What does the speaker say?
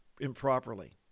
improperly